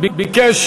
ביקש